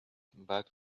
back